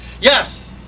Yes